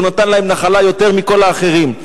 שהוא נתן להם נחלה יותר מכל האחרים.